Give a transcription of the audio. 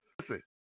Listen